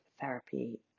therapy